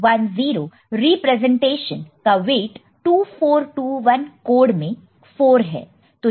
तो 1010 रीप्रेजेंटेशन का weight 2421 code में 4 है